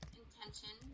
intention